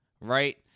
right